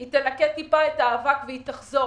היא תנקה קצת את האבק ותחזור.